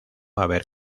haber